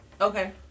Okay